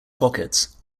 pockets